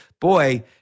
boy